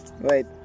wait